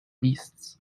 beasts